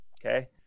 Okay